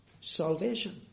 salvation